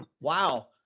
wow